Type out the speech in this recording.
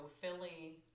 Philly